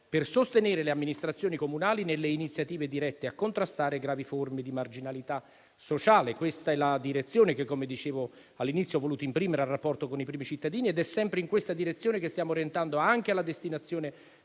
per sostenere le amministrazioni comunali nelle iniziative dirette a contrastare gravi forme di marginalità sociale. Questa è la direzione che, come dicevo all'inizio, ho voluto imprimere al rapporto con i primi cittadini, ed è sempre in questa direzione che stiamo orientando anche la destinazione